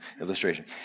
illustration